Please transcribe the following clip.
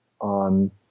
on